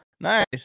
nice